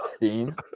Dean